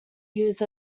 used